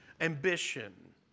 ambition